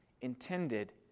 intended